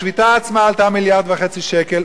השביתה עצמה עלתה מיליארד וחצי שקל,